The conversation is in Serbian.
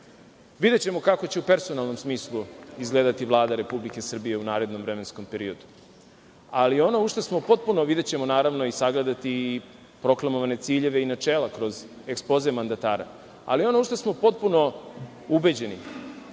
standard. Videćemo kako će u personalnom smislu izgledati Vlada Republike Srbije u narednom vremenskom periodu, ali ono u šta smo potpuno, a videćemo i sagledati i proklamovane ciljeve i načela kroz ekspoze mandatara, ali ono u šta smo potpuno ubeđeni,